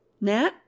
nat